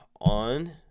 on